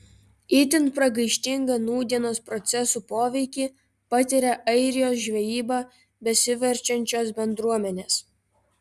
itin pragaištingą nūdienos procesų poveikį patiria airijos žvejyba besiverčiančios bendruomenės